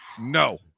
No